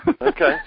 Okay